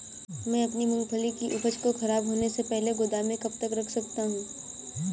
मैं अपनी मूँगफली की उपज को ख़राब होने से पहले गोदाम में कब तक रख सकता हूँ?